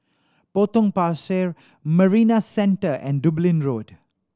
Potong Pasir Marina Centre and Dublin Road